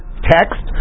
text